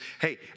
hey